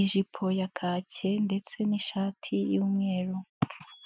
ijipo ya kake ndetse n'ishati y'umweru.